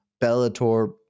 bellator